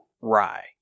rye